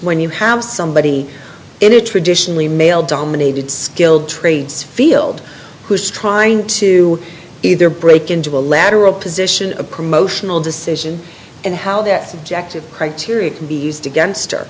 when you have somebody in a traditionally male dominated skilled trades field who's trying to either break into a lateral position a promotional decision and how that subjective criteria can be used against